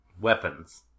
weapons